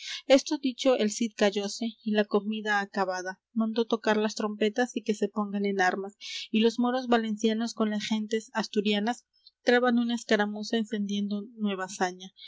esto dicho el cid callóse y la comida acabada mandó tocar las trompetas y que se pongan en armas y los moros valencianos con las gentes asturianas traban una escaramuza encendiendo nueva saña